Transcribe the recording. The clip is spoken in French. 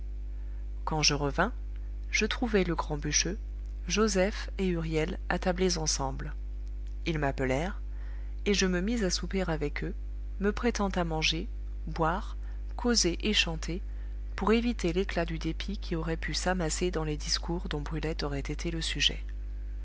quand je revins je trouvai le grand bûcheux joseph et huriel attablés ensemble ils m'appelèrent et je me mis à souper avec eux me prêtant à manger boire causer et chanter pour éviter l'éclat du dépit qui aurait pu s'amasser dans les discours dont brulette aurait été le sujet